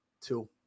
two